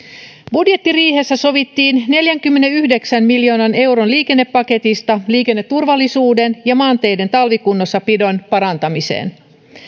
budjettiriihessä sovittiin neljänkymmenenyhdeksän miljoonan euron liikennepaketista liikenneturvallisuuden ja maanteiden talvikunnossapidon parantamiseen